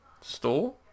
store